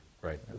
right